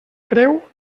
creu